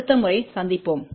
அடுத்த முறை சந்திப்போம்